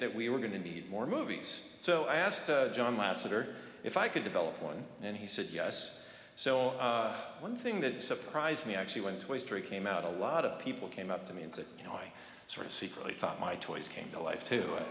that we were going to be more movies so i asked john lasseter if i could develop one and he said yes so one thing that surprised me i actually went to a story came out a lot of people came up to me and said you know i sort of secretly thought my toys came to life too